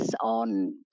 on